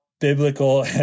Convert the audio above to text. biblical